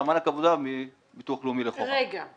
את מענק העבודה מהביטוח הלאומי ל --- אז